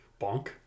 bonk